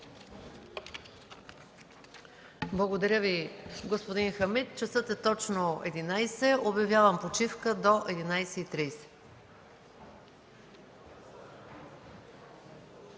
Благодаря Ви, господин Хамид. Часът е точно единадесет. Обявявам почивка до 11,30